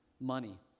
money